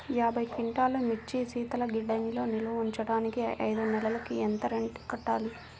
యాభై క్వింటాల్లు మిర్చి శీతల గిడ్డంగిలో నిల్వ ఉంచటానికి ఐదు నెలలకి ఎంత రెంట్ కట్టాలి?